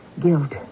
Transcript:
Guilt